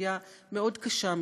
סוגיה מאוד קשה,